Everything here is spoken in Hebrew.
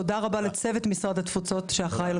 תודה רבה לצוות משרד התפוצות שאחראי על כל זה.